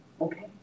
Okay